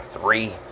three